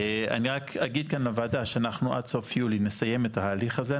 אני רק אגיד כאן לוועדה שאנחנו עד סוף יולי נסיים את ההליך הזה,